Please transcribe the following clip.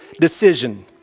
decision